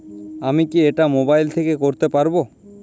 আমি কি এটা মোবাইল থেকে করতে পারবো?